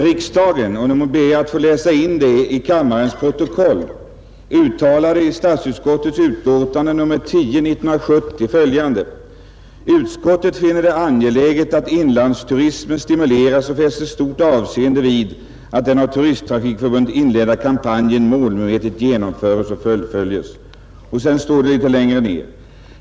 Riksdagen — och nu ber jag att få läsa in detta i kammarens protokoll — uttalade i statsutskottets utlåtande ”Utskottet finner det angeläget att inlandsturismen stimuleras och fäster stort avseende vid att den av turisttrafikförbundet inledda kampanjen målmedvetet genomförs och fullföljs.